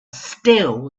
still